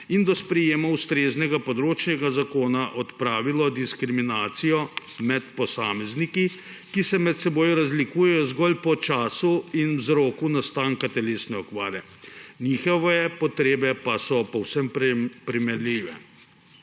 in do sprejetja ustreznega področnega zakona odpravilo diskriminacijo med posamezniki, ki se med seboj razlikujejo zgolj po času in vzroku nastanka telesne okvare, njihove potrebe pa so povsem primerljive.